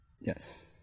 Yes